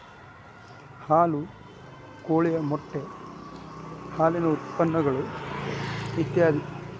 ಹಾಲು ಕೋಳಿಯ ಮೊಟ್ಟೆ ಹಾಲಿನ ಉತ್ಪನ್ನಗಳು ಇತ್ಯಾದಿ